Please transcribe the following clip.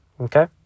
Okay